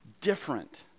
different